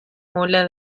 ola